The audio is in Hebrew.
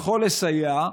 יכול לסייע.